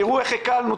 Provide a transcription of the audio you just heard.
תראו איך הקלנו,